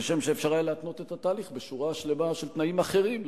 כשם שהיה אפשר להתנות את התהליך בשורה שלמה של תנאים אחרים,